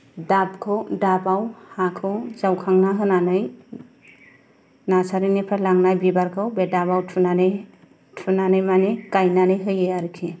दाबखौ दाबाव हाखौ जावखांना होनानै नारसारिनिफ्राय लांनाय बिबारखौ बे दाबाव थुनानै थुनानै माने गायनानै होयो आरोखि